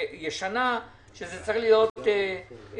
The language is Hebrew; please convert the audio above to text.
לקונה ישנה, וזה צריך להיות מלכ"ר.